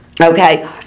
Okay